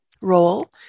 role